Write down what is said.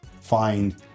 find